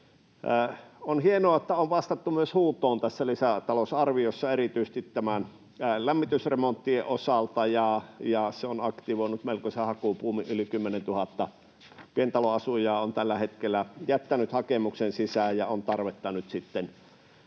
lisätalousarviossa on vastattu myös huutoon erityisesti näiden lämmitysremonttien osalta, ja se on aktivoinut melkoisen hakubuumin — yli 10 000 pientaloasujaa on tällä hetkellä jättänyt hakemuksen sisään — ja nyt on sitten